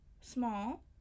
small